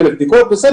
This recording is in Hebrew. למשל,